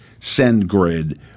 SendGrid